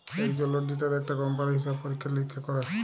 একজল অডিটার একটা কম্পালির হিসাব পরীক্ষা লিরীক্ষা ক্যরে